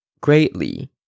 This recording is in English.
greatly